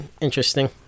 interesting